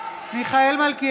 יוליה, איך?